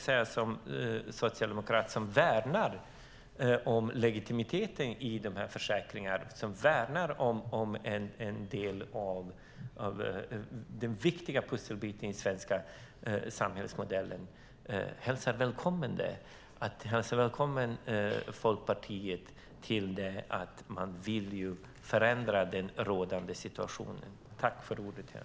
Som socialdemokrat och en som värnar om legitimiteten i försäkringarna, som värnar om denna viktiga pusselbit i den svenska samhällsmodellen, välkomnar jag att Folkpartiet vill ändra på den rådande situationen.